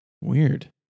Weird